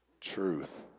truth